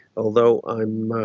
although i'm